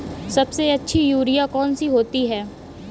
सबसे अच्छी यूरिया कौन सी होती है?